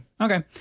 Okay